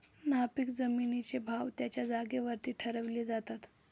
नापीक जमिनींचे भाव त्यांच्या जागेवरती ठरवले जातात